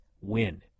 win